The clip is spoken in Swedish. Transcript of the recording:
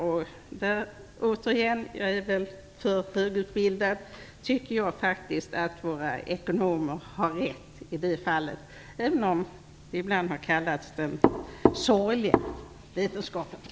Jag är väl för högutbildad, men jag tycker faktiskt att våra ekonomer har rätt i det fallet, även om ekonomi ibland har kallats den sorgliga vetenskapen.